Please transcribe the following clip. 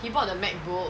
he bought the macbook